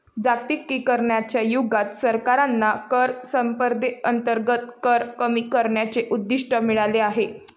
जागतिकीकरणाच्या युगात सरकारांना कर स्पर्धेअंतर्गत कर कमी करण्याचे उद्दिष्ट मिळाले आहे